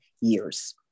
years